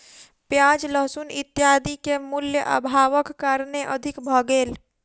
प्याज लहसुन इत्यादि के मूल्य, अभावक कारणेँ अधिक भ गेल